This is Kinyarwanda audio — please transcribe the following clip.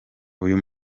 uyu